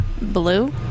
Blue